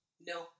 No